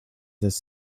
this